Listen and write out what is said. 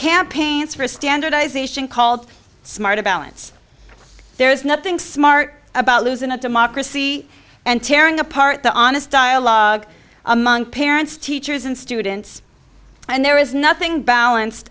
campaigns for a standardized nation called smart a balance there's nothing smart about lose in a democracy and tearing apart the honest dialogue among parents teachers and students and there is nothing balanced